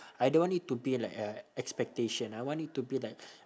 I don't want it to be like a expectation I want it to be like